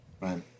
Right